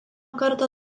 kartą